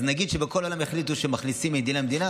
נגיד שבכל העולם יחליטו שמכניסים ממדינה למדינה,